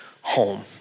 home